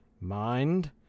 mind